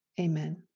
amen